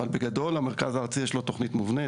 אבל בגדול המרכז הארצי יש לו תוכנית מובנית,